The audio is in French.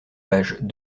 page